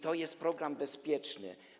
To jest program bezpieczny.